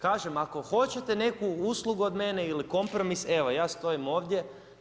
Kažem ako hoćete neku uslugu od mene ili kompromis, evo ja stojim ovdje.